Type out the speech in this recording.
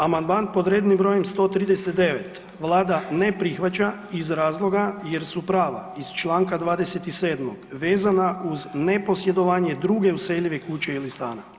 Amandman pod rednim br. 139 vlada ne prihvaća iz razloga jer su prava iz čl. 27. vezana uz neposjedovanje druge useljive kuće ili stana.